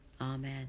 Amen